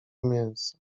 mięsa